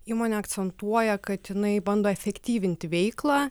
įmonė akcentuoja kad jinai bando efektyvinti veiklą